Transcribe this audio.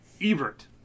Ebert